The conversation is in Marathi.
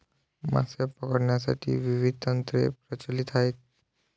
मासे पकडण्यासाठी विविध तंत्रे प्रचलित आहेत